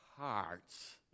hearts